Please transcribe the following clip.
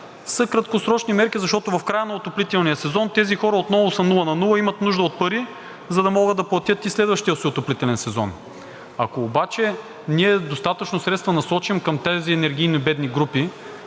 са краткосрочни мерки, защото в края на отоплителния сезон тези хора отново са нула на нула и имат нужда от пари, за да могат да платят и следващия си отоплителен сезон. Ако обаче ние насочим достатъчно средства към тези енергийно бедни групи,